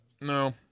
No